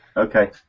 Okay